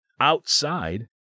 outside